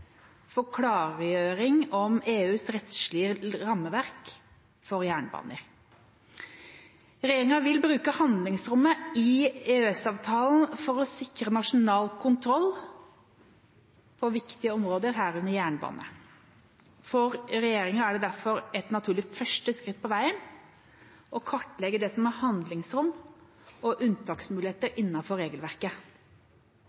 for klargjøring om EUs rettslige rammeverk for jernbaner. Regjeringa vil bruke handlingsrommet i EØS-avtalen for å sikre nasjonal kontroll på viktige områder, herunder jernbane. For regjeringa er det derfor et naturlig første skritt på veien å kartlegge det som er handlingsrom og unntaksmuligheter